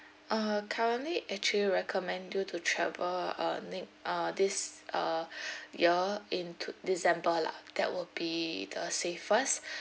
uh currently actually recommend you to travel uh ne~ uh this uh year in two december lah that will be the safest